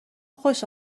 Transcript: خوش